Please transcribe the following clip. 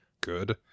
good